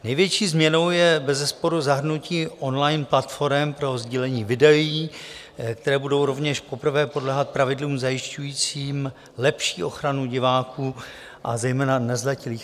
Největší změnou je bezesporu zahrnutí online platforem pro sdílení videí, které budou rovněž poprvé podléhat pravidlům zajišťujícím lepší ochranu diváků a zejména nezletilých.